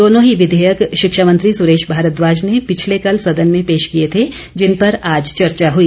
दोनों ही विधेयक शिक्षा मंत्री सुरेश भारद्वाज ने पिछले कल सदन में पेश किए थे जिन पर आज चर्चा हुई